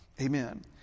amen